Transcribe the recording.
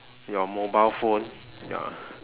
your mobile phone ya